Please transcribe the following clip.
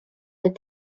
that